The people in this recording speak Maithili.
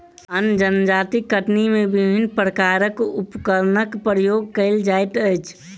आन जजातिक कटनी मे विभिन्न प्रकारक उपकरणक प्रयोग कएल जाइत अछि